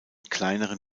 kleineren